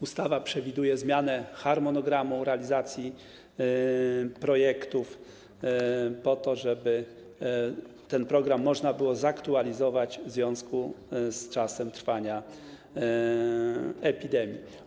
Ustawa przewiduje również zmianę harmonogramu realizacji projektów po to, żeby ten program można było zaktualizować w związku z czasem trwania epidemii.